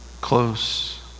Close